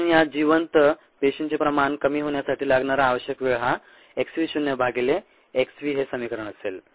म्हणून या जिवंत पेशींचे प्रमाण कमी होण्यासाठी लागणारा आवश्यक वेळ हा x v शून्य भागीले x v हे समीकरण असेल